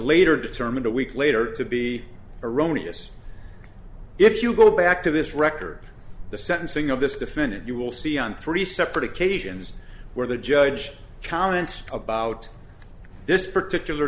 later determined a week later to be erroneous if you go back to this record the sentencing of this defendant you will see on three separate occasions where the judge counts about this particular